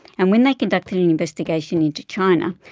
and when they conducted an investigation into china,